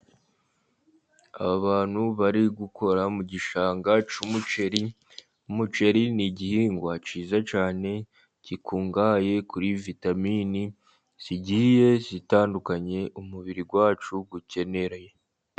Abantu bari gukora mu gishanga cy'umuceri, umuceri ni igihingwa cyiza cyane gikungahaye kuri vitamini zigiye zitandukanye, umubiri wacu ukenera.